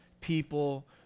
people